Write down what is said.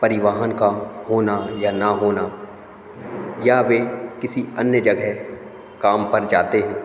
परिवहन का होना या ना होना या वे किसी अन्य जगह काम पर जाते हैं